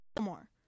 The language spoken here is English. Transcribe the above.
more